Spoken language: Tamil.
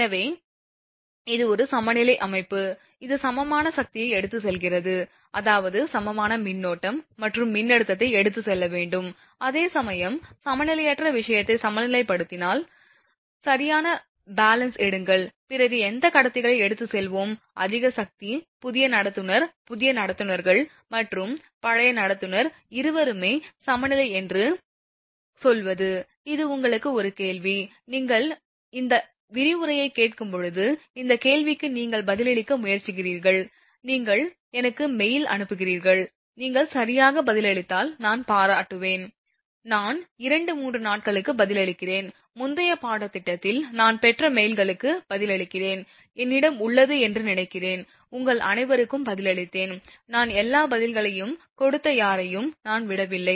எனவே இது ஒரு சமநிலை அமைப்பு இது சமமான சக்தியை எடுத்துச் செல்கிறது அதாவது சமமான மின்னோட்டம் மற்றும் மின்னழுத்தத்தை எடுத்துச் செல்ல வேண்டும் அதே சமயம் சமநிலையற்ற விஷயத்தை சமநிலைப்படுத்தாமல் சரியான பேலன்ஸ் எடுங்கள் பிறகு எந்த கடத்திகளை எடுத்துச் செல்வோம் அதிக சக்தி புதிய நடத்துனர் புதிய நடத்துனர்கள் அல்லது பழைய நடத்துனர் இருவருமே சமநிலை என்று சொல்வது இது உங்களுக்கு ஒரு கேள்வி நீங்கள் இந்த விரிவுரையைக் கேட்கும்போது இந்த கேள்விக்கு நீங்கள் பதிலளிக்க முயற்சிக்கிறீர்கள் நீங்கள் எனக்கு மெயில் அனுப்புகிறீர்கள் நீங்கள் சரியாக பதிலளித்தால் நான் அதை பாராட்டுவேன் நான் 2 3 நாட்களுக்குள் பதிலளிக்கிறேன் முந்தைய பாடத்திட்டத்தில் நான் பெற்ற மெயில்களுக்கு பதிலளிக்கிறேன் என்னிடம் உள்ளது என்று நினைக்கிறேன் உங்கள் அனைவருக்கும் பதிலளித்தேன் நான் எல்லா பதில்களையும் கொடுத்த யாரையும் நான் விடவில்லை